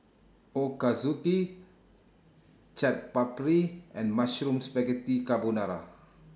Ochazuke Chaat Papri and Mushroom Spaghetti Carbonara